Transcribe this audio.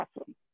awesome